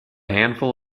handful